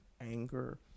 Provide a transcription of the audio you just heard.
anger